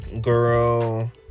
girl